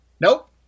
Nope